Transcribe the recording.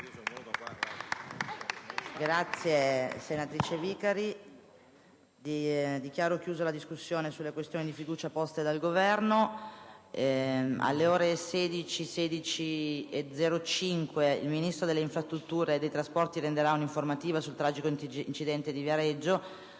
una nuova finestra"). Dichiaro chiusa la discussione congiunta sulle questioni di fiducia poste dal Governo. Alle ore 16,05 il Ministro delle infrastrutture e dei trasporti renderà una informativa sul tragico incidente di Viareggio.